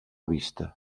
vista